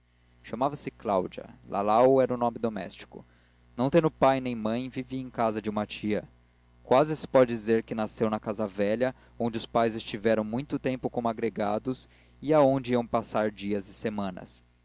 chamava-se cláudia lalau era o nome doméstico não tendo pai nem mãe vivia em casa de uma tia quase se pode dizer que nasceu na casa velha onde os pais estiveram muito tempo como agregados e aonde iam passar dias e semanas